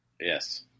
Yes